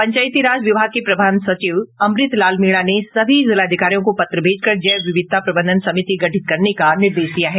पंचायती राज विभाग के प्रधान सचिव अमृत लाल मीणा ने सभी जिलाधिकारियों को पत्र भेजकर जैव विविधता प्रबंधन समिति गठित करने का निर्देश दिया है